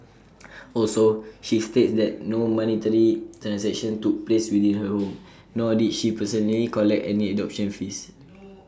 also she states that no monetary transactions took place within her home nor did she personally collect any adoption fees